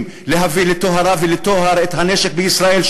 להביא לטהרה ולטוהר את הנשק בישראל,